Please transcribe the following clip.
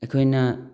ꯑꯩꯈꯣꯏꯅ